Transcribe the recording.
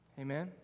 Amen